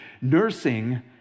nursing